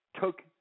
took